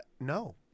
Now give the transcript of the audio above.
No